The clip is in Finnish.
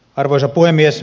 arvoisa puhemies